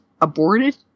aborted